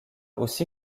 aussi